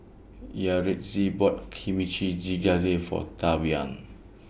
Yaretzi bought Kimchi For Tavian